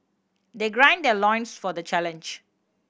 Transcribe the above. they gird their loins for the challenge